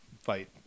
fight